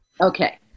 Okay